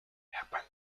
happen